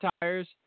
tires